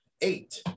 eight